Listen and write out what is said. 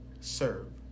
Serve